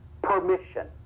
permission